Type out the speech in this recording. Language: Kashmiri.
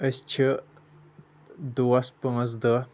أسۍ چھِ دوس پانٛژھ دہ